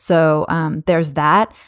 so um there's that.